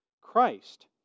Christ